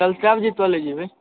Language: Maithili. काल्हि कए बजे काॅलेज अयबै